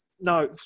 no